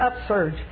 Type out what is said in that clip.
upsurge